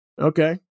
okay